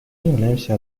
являемся